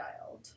dialed